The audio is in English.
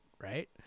right